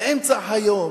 באמצע היום